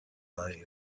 lying